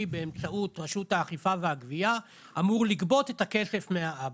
באמצעות רשות האכיפה והגבייה אמור לגבות את הכסף מהאבא.